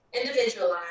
individualized